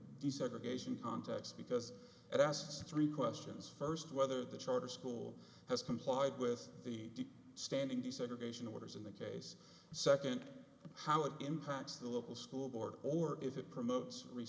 desegregation context because it asked three questions first whether the charter school has complied with the standing desegregation orders in the case second how it impacts the local school board or if it promotes re